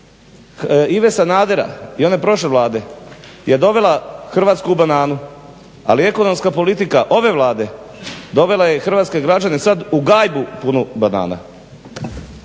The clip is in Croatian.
Ive Sanadera i one prošle Vlade je dovela Hrvatsku u bananu. Ali ekonomska politika ove Vlade dovela je hrvatske građane sad u gajbu punu banana.